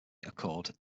accord